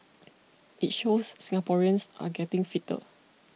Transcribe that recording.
it shows Singaporeans are getting fitter